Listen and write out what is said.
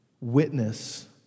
witness